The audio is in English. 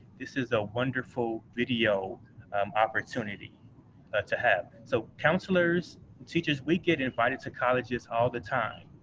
this is a wonderful video opportunity to have. so, counselors and teachers, we get invited to colleges all the time.